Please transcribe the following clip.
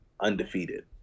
undefeated